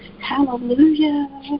Hallelujah